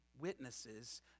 witnesses